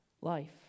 life